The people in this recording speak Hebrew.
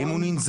האם הוא ננזף,